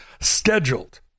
scheduled